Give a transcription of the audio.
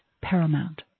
paramount